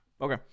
Okay